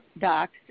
docs